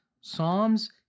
Psalms